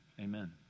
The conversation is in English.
Amen